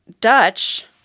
Dutch